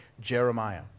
Jeremiah